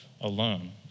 alone